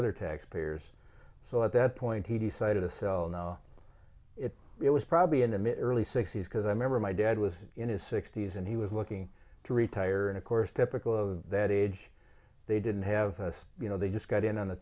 other taxpayers so at that point he decided to sell now it was probably an emitter early sixty's because i remember my dad was in his sixty's and he was looking to retire and of course typical of that age they didn't have you know they just got in on the